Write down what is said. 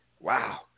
Wow